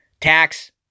Tax